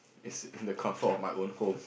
it's in the comfort of my own home